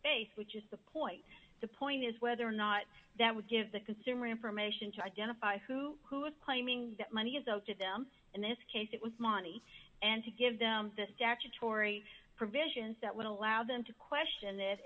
face which is the point the point is whether or not that would give the consumer information to identify who who is claiming that money is owed to them in this case it was money and to give them the statutory provisions that would allow them to question it